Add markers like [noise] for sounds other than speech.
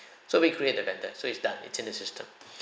[breath] so we create a vendor so it's done it's in the system [breath]